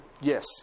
Yes